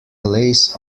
plays